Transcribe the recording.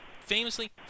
famously